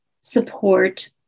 support